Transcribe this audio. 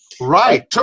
Right